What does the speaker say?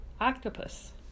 octopus